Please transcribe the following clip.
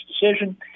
decision